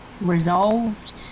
resolved